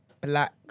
black